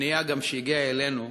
לפנייה שהגיעה אלינו